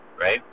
Right